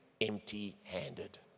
empty-handed